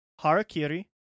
Harakiri